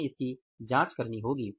हमें इसकी जांच करनी होगी